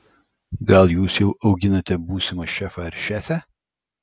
gal jūs jau auginate būsimą šefą ar šefę